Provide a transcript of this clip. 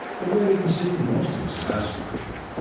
the waiting seemed most exasperating,